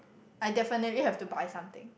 I definitely have to buy something